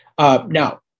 Now